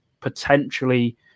potentially